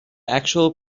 actual